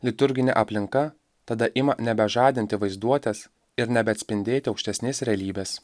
liturginė aplinka tada ima nebežadinti vaizduotės ir nebeatspindėti aukštesnės realybės